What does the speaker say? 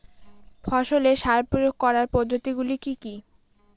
ফসলে সার প্রয়োগ করার পদ্ধতি গুলি কি কী?